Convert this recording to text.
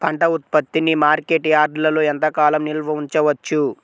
పంట ఉత్పత్తిని మార్కెట్ యార్డ్లలో ఎంతకాలం నిల్వ ఉంచవచ్చు?